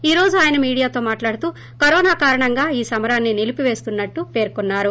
ఈ రోజు ఆయన మీడియాతో మాట్లాడుతూ కరోనా కారణంగా ఈ సమరాన్ని నిలిపివేసినట్లు పేర్కొన్నారు